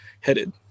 headed